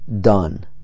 done